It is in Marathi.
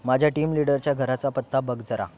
माझ्या टीम लिडरच्या घराचा पत्ता बघ जरा